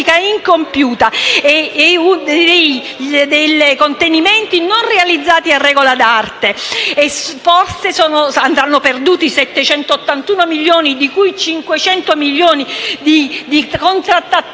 incompiuta e dei contenimenti non realizzati a regola d'arte. Forse andranno perduti 781 milioni, di cui 500 sono transazioni